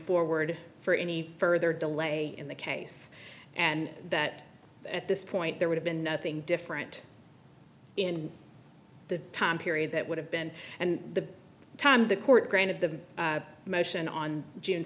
forward for any further delay in the case and that at this point there would have been nothing different in the time period that would have been and the time the court granted the motion on june